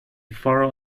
faroe